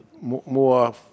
more